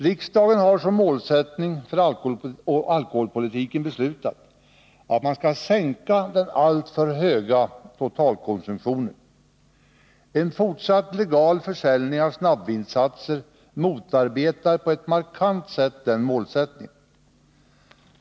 Riksdagen har som målsättning för alkoholpolitiken beslutat att man skall sänka den alltför höga totalkonsumtionen. En fortsatt legal försäljning av snabbvinsatser motarbetar på ett markant sätt den målsättningen.